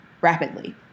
rapidly